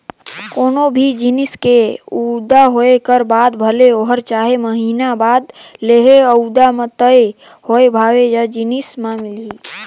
कोनो भी जिनिस के सउदा होए कर बाद भले ओहर चाएर महिना बाद लेहे, सउदा म तय होए भावे म जिनिस मिलही